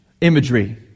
imagery